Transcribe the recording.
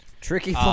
Tricky